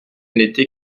n’était